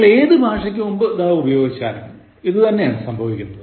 നിങ്ങൾ ഏതു ഭാഷയ്ക്ക് മുന്പ് the ഉപയോഗിച്ചാലും ഇതു തന്നെയാണ് സംഭവിക്കുന്നത്